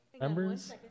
Members